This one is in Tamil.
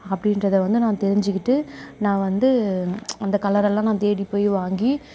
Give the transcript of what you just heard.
அப்படீன்றத வந்து நான் தெரிஞ்சிக்கிட்டு நான் வந்து அந்த கலர் எல்லாம் நான் தேடிப்போய் வாங்கி